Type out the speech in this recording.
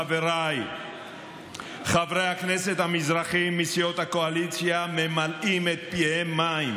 חבריי חברי הכנסת המזרחים מסיעות הקואליציה ממלאים את פיהם מים.